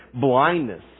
blindness